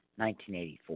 1984